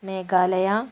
Meghalaya